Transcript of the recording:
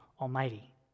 Almighty